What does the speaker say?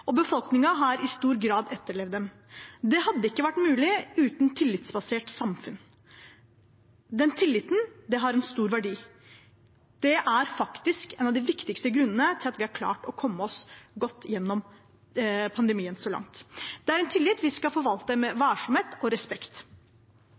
og befolkningen har i stor grad etterlevd dem. Det hadde ikke vært mulig uten et tillitsbasert samfunn. Den tilliten har en stor verdi. Det er faktisk en av de viktigste grunnene til at vi har klart å komme oss godt igjennom pandemien så langt. Det er en tillit vi skal forvalte med